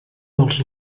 dels